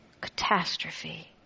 catastrophe